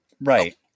Right